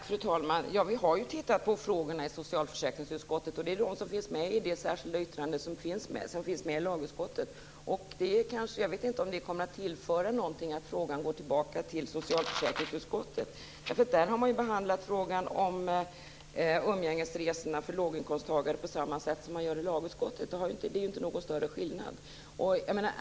Fru talman! Vi har ju tittat på frågorna i socialförsäkringsutskottet. Det är det som finns med i det särskilda yttrandet från lagutskottet. Jag vet inte om det kommer att tillföra något att frågan går tillbaka till socialförsäkringsutskottet. Där har man ju behandlat frågan om umgängesresorna för låginkomsttagare på samma sätt som man gör i lagutskottet. Det är inte någon större skillnad.